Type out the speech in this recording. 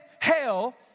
hell